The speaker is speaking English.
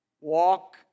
Walk